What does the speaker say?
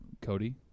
Cody